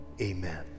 Amen